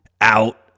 out